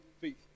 faith